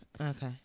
Okay